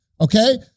okay